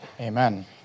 Amen